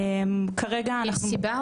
כרגע אנחנו -- יש סיבה?